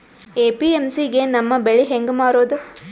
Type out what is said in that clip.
APMC ಗೆ ನಮ್ಮ ಬೆಳಿ ಹೆಂಗ ಮಾರೊದ?